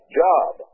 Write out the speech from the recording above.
job